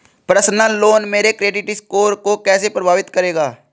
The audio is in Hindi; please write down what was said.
पर्सनल लोन मेरे क्रेडिट स्कोर को कैसे प्रभावित करेगा?